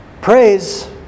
Praise